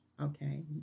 Okay